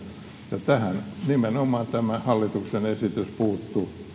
ja tähän nimenomaan tämä hallituksen esitys puuttuu